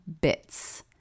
bits